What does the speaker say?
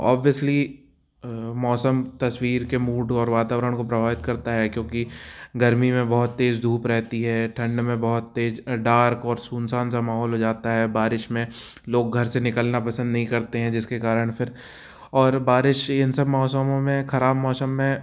obviously मौसम तस्वीर के मूड और वातावरण को प्रभावित करता है क्योंकि गर्मी में बहुत तेज़ धूप रहती है ठंड में बहुत तेज़ डार्क और सुनसान सा माहौल जाता है बारिश में लोग घर से निकलना पसंद नहीं करते हैं जिसके कारण फिर और बारिश इन सब मौसमों में ख़राब मौसम में